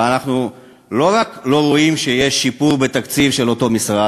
ואנחנו לא רק לא רואים שיש שיפור בתקציב של אותו משרד,